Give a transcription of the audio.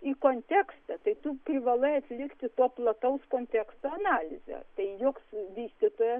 į kontekstą tai tu privalai atlikti to plataus konteksto analizę juk vystytojas